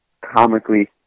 comically